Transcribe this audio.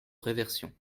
réversion